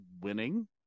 winning